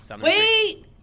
Wait